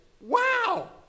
Wow